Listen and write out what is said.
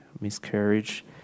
miscarriage